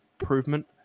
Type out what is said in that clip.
improvement